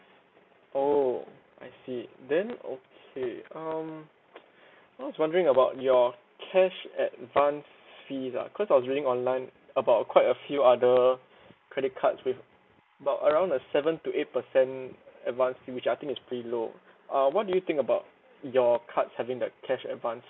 oh I see then okay um I was wondering about your cash advance fee lah cause I was reading online about quite a few other credit cards with about around a seven to eight percent advance which I think is pretty low uh what do you think about your card having the cash advance